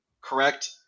correct